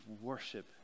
worship